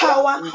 Power